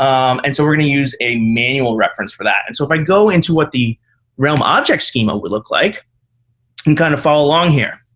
um and so we're going to use a manual reference for that. and so if i go into what the realm object schema would look like, you can kind of follow along here.